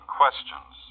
questions